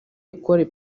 ecole